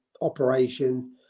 operation